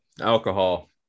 alcohol